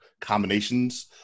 combinations